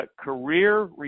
career